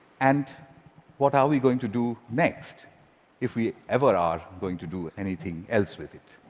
and what are we going to do next if we ever are going to do anything else with it?